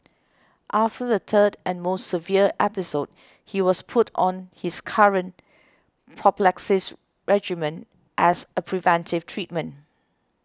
after the third and most severe episode he was put on his current prophylaxis regimen as a preventive treatment